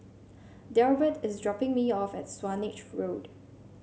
Delbert is dropping me off at Swanage Road